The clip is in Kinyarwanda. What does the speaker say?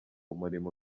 umurimo